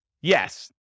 Yes